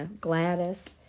gladys